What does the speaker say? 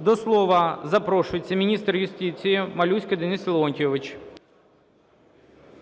До слова запрошується міністр юстиції Малюська Денис Леонтійович.